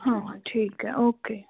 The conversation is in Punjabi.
ਹਾਂ ਠੀਕ ਹੈ ਓਕੇ